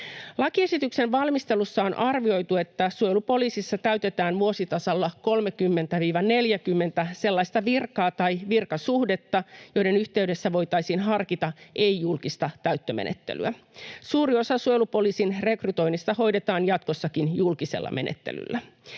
Lakiesityksen valmistelussa on arvioitu, että suojelupoliisissa täytetään vuositasolla 30—40 sellaista virkaa tai virkasuhdetta, joiden yhteydessä voitaisiin harkita ei-julkista täyttömenettelyä. Suuri osa suojelupoliisin rekrytoinneista hoidetaan jatkossakin julkisella menettelyllä.